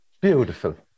Beautiful